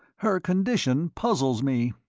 her condition puzzles me.